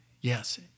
Yes